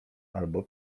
albo